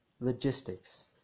logistics